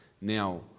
now